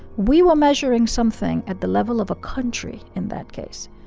we were measuring something at the level of a country in that case.